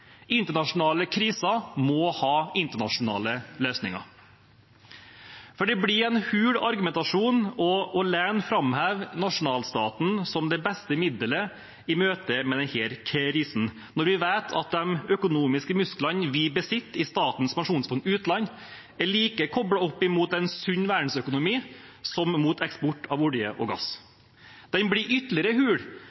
Internasjonale kriser må ha internasjonale løsninger. Det blir en hul argumentasjon alene å framheve nasjonalstaten som det beste middelet i møtet med denne krisen, når vi vet at de økonomiske musklene vi besitter i Statens pensjonsfond utland, er like koblet opp mot en sunn verdensøkonomi som mot eksport av olje og gass.